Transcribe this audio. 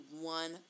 one